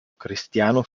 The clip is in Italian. cristiano